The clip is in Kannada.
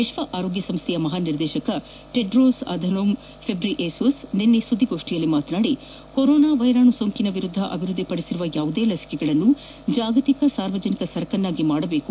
ವಿಕ್ಷ ಆರೋಗ್ನ ಸಂಸ್ನೆಯ ಮಹಾ ನಿರ್ದೇಶಕ ಟೆಂಡ್ರೋಸ್ ಅಧಾನೊಮ್ ಫೆಬ್ರಿಯೆಸುಸ್ ನಿನ್ನೆ ಸುದ್ಲಿಗೋಷ್ನಿಯಲ್ಲಿ ಮಾತನಾಡಿ ಕೊರೋನವೈರಸ್ ಸೋಂಕಿನ ವಿರುದ್ದ ಅಭಿವೃದ್ದಿ ಪಡಿಸಿದ ಯಾವುದೇ ಲಸಿಕೆಗಳನ್ನು ಜಾಗತಿಕ ಸಾರ್ವಜನಿಕ ಸರಕನ್ನಾಗಿ ಮಾಡಬೇಕು